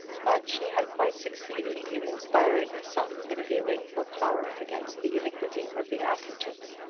but she had quite succeeded in inspiring her son with a feeling of horror against the iniquity of the askertons.